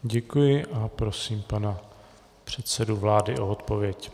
Děkuji a prosím pana předsedu vlády o odpověď.